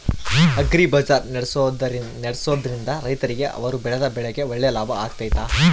Agri Bazaar ನಡೆಸ್ದೊರಿಂದ ರೈತರಿಗೆ ಅವರು ಬೆಳೆದ ಬೆಳೆಗೆ ಒಳ್ಳೆ ಲಾಭ ಆಗ್ತೈತಾ?